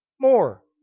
more